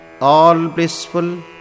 All-Blissful